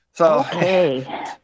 Okay